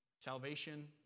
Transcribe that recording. salvation